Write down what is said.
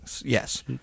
Yes